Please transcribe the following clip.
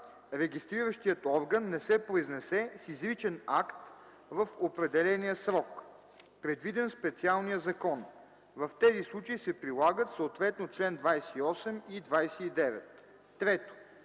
регистриращият орган не се произнесе с изричен акт в определения срок, предвиден в специалния закон. В тези случаи се прилагат съответно чл. 28 и 29.” 3.